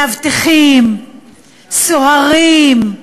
מאבטחים, סוהרים,